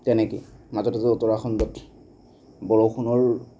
তেনেকৈ মাজতে যে উত্তৰাখণ্ডত বৰষুণৰ